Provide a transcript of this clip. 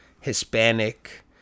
Hispanic